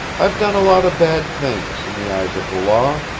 i've done a lot of bad things in the eyes of the law,